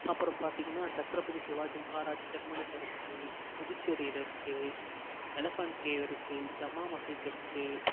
அப்புறம் பார்த்தீங்கன்னா சத்ரபதி சிவாஜி மஹாராஜ் டெர்மினஸ் இருக்குது புதுச்சேரியில் இருக்குது எலஃபண்ட் கேவ் இருக்குது ஜமா மஸிஜ் இருக்குது